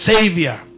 Savior